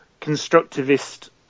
constructivist